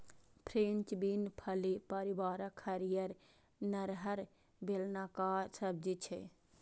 French bean फली परिवारक हरियर, नमहर, बेलनाकार सब्जी छियै